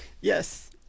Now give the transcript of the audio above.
Yes